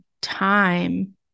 time